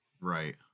right